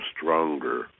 stronger